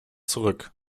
zurück